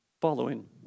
following